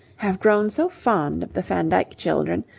have grown so fond of the van dyck children,